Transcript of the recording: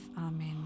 Amen